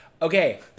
Okay